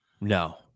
No